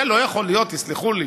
זה לא יכול להיות, תסלחו לי.